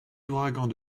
ouragans